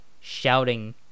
shouting